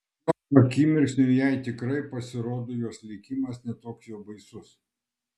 šiuo akimirksniu jai tikrai pasirodė jos likimas ne toks jau baisus